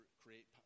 create